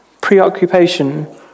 preoccupation